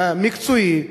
מקצועי,